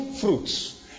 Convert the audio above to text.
fruits